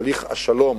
בתהליך השלום